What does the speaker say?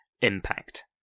impact